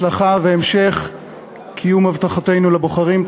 הצלחה והמשך קיום הבטחותינו לבוחרים.